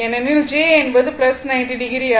ஏனெனில் j என்பது 90o அதனால் VXC 90o ஆகும்